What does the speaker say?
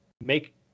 Make